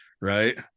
right